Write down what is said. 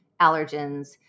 allergens